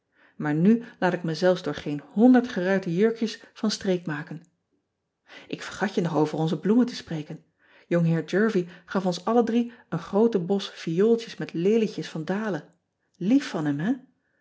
aar nu laat ik me zelfs door geen honderd geruite jurkjes van streek maken k vergat je nog over onze bloemen te spreken ongeheer ervie gaf ons alle drie een groote bos viooltjes met lelietjes van dalen ief van hem hè